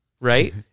right